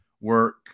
work